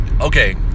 Okay